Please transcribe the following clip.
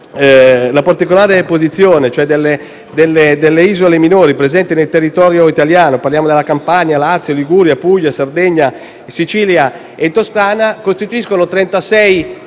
la particolare posizione delle isole minori presenti nel territorio italiano, e parliamo di Campania, Lazio, Liguria, Puglia, Sardegna, Sicilia e Toscana. Esse costituiscono 36 Comuni